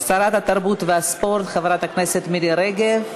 שרת התרבות והספורט חברת הכנסת מירי רגב.